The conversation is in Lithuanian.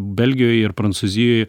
belgijoj ir prancūzijoj